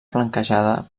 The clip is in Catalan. flanquejada